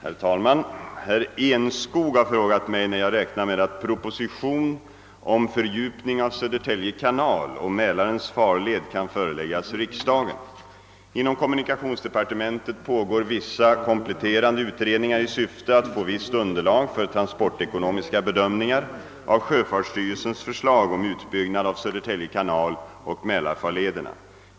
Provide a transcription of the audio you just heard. Herr talman! Herr Enskog har frågat mig när jag räknar med att proposition om fördjupning av Södertälje kanal och Mälarens farled kan föreläggas riksdagen. Inom kommunikationsdepartementet pågår vissa kompletterande utredningar i syfte att få visst underlag för transportekonomiska bedömningar av sjöfartsstyrelsens förslag om utbyggnad av Södertälje kanal och mälarfarlederna.